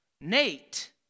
Nate